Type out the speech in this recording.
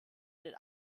den